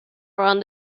around